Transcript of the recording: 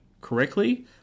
correctly